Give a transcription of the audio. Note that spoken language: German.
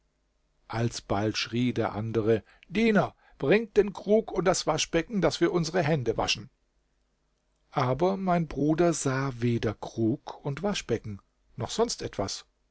alsbald schrie der andere diener bring den krug und das waschbecken daß wir unsere hände waschen aber mein bruder sah weder krug und waschbecken noch sonst etwas